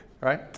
right